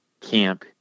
camp